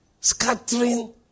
scattering